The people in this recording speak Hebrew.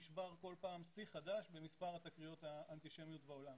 כל פעם נשבר שיא חדש במספר התקריות האנטישמיות בעולם,